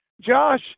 Josh